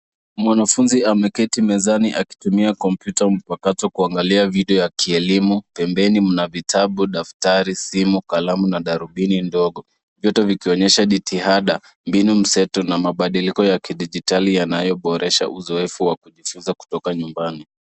Mwanafunzi ameketi mezani akitumia kompyuta mpakato kwa kuangalia video ya kielimu. Pembeni mna: vitabu, daftari, kalamu na darubini ndogo, vyote vikionyesha jitihada, mbinu mseto na mabadiliko ya kidijitali yanayoboresha uzoefu wa kujifunza kutoka nyumbani.